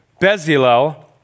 Bezalel